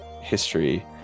history